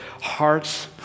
hearts